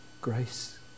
Grace